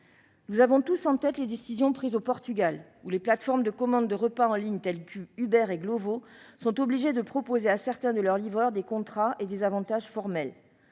Nous avons tous en tête les décisions prises au Portugal, où les plateformes de commande de repas en ligne telles qu'Uber Eats et Glovo sont obligées de proposer à certains de leurs livreurs des contrats et des avantages formels.